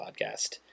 podcast